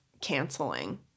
canceling